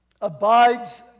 abides